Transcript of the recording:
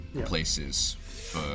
places